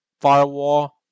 firewall